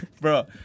bro